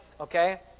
okay